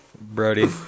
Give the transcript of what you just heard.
Brody